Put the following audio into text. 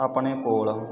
ਆਪਣੇ ਕੋਲ